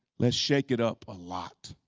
let's shake it up a lot.